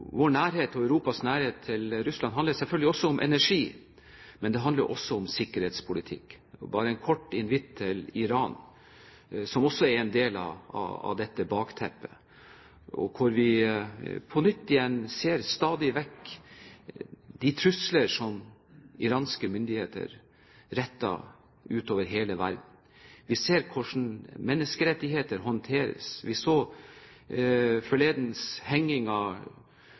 og Europas nærhet til Russland handler selvfølgelig om energi, men det handler også om sikkerhetspolitikk. Bare en kort visitt til Iran, som også er en del av dette bakteppet, og hvor vi på nytt igjen ser de trusler som iranske myndigheter retter mot hele verden. Vi ser hvordan menneskerettigheter håndteres. Vi så